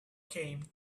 came